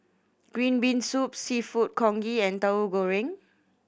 green bean soup Seafood Congee and Tahu Goreng